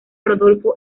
rodolfo